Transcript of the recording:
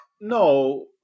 no